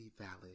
valid